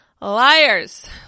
Liars